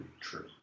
true